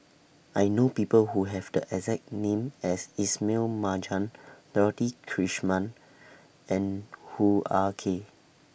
I know People Who Have The exact name as Ismail Marjan Dorothy Krishnan and Hoo Ah Kay